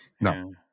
No